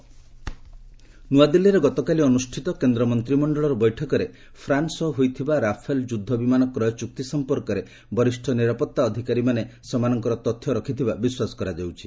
Rafale ନୂଆଦିଲ୍ଲୀରେ ଗତକାଲି ଅନୁଷ୍ଠିତ କେନ୍ଦ୍ର ମନ୍ତ୍ରମଣ୍ଡଳର ବୈଠକରେ ଫ୍ରାନ୍ନ ସହ ହୋଇଥିବା ରାଫେଲ ଯୁଦ୍ଧ ବିମାନ କ୍ରୟ ଚୁକ୍ତି ସଂପର୍କରେ ବରିଷ୍ଠ ନିରାପତ୍ତା ଅଧିକାରୀମାନେ ସେମାନଙ୍କର ତଥ୍ୟ ରଖିଥିବା ବିଶ୍ୱାସ କରାଯାଉଛି